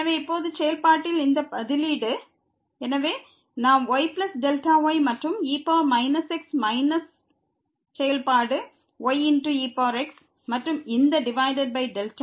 எனவே இப்போது செயல்பாட்டில் இந்த பதிலீடு எனவே நாம் yy மற்றும் e x மைனஸ் செயல்பாடு y ex மற்றும் இந்த டிவைடெட் பை Δy